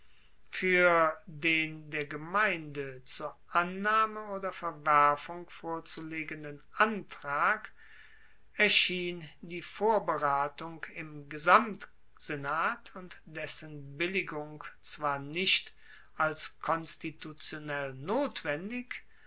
fuer den der gemeinde zur annahme oder verwerfung vorzulegenden antrag erschien die vorberatung im gesamtsenat und dessen billigung zwar nicht als konstitutionell notwendig